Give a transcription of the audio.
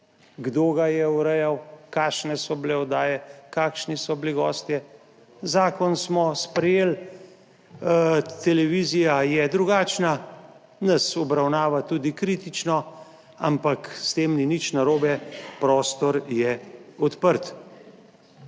kdo ga je urejal, kakšne so bile oddaje, kakšni so bili gostje. Zakon smo sprejeli, televizija je drugačna, nas obravnava tudi kritično, ampak s tem ni nič narobe, prostor je odprt.